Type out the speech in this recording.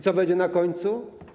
Co będzie na końcu?